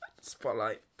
Spotlight